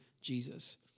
Jesus